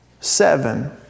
seven